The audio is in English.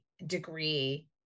Degree